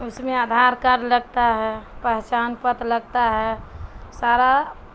اس میں آدھار کارڈ لگتا ہے پہچان پت لگتا ہے سارا